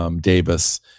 Davis